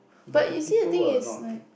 but the people are not